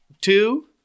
Two